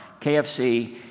KFC